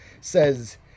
says